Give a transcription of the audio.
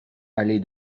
allée